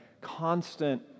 constant